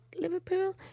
Liverpool